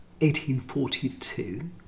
1842